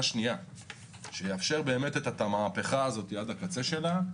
שניה שיאפשר את המהפכה הזאת עד הקצה שלה.